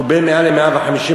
הוא בין 100% ל-150%,